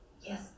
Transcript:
Yes